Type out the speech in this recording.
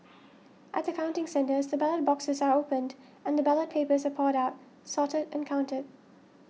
at the counting centres the ballot boxes are opened and the ballot papers are poured out sorted and counted